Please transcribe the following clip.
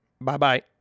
Bye-bye